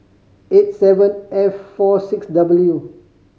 eight seven F four six W